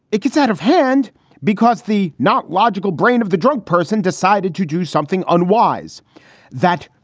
it gets out of hand because the not logical brain of the drunk person decided to do something unwise that,